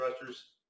rushers